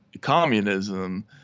communism